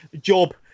job